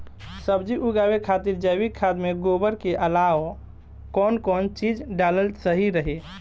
सब्जी उगावे खातिर जैविक खाद मे गोबर के अलाव कौन कौन चीज़ डालल सही रही?